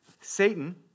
Satan